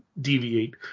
deviate